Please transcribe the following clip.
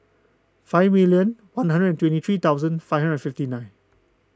five million one hundred and twenty three thousand five hundred and fifty nine